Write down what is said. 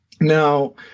Now